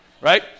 right